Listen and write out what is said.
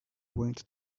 went